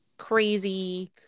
crazy